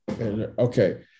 Okay